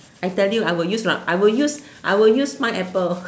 I tell you I will use lah I will use I will use pineapple